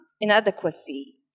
inadequacy